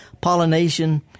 pollination